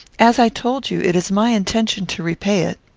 as i told you, it is my intention to repay it.